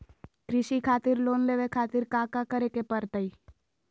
कृषि खातिर लोन लेवे खातिर काका करे की परतई?